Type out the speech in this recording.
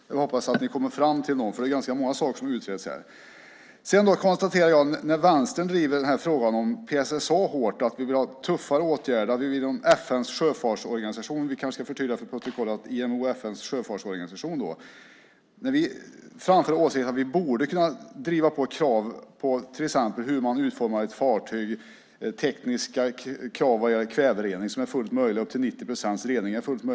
Jag hoppas att ni kommer fram till något, för det är ganska många saker som utreds här. Vänstern driver frågan om PSSA hårt. Vi vill ha tuffare åtgärder, att vi inom FN:s sjöfartsorganisation - vi kanske ska förtydliga för protokollet att IMO är FN:s sjöfartsorganisation - borde kunna driva krav exempelvis på hur man utformar ett fartyg och tekniska krav vad gäller kväverening, som är fullt möjlig upp till 90 procents rening.